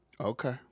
Okay